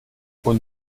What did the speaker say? und